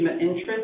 interest